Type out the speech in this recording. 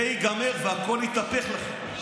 זה ייגמר, והכול יתהפך לכם.